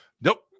Nope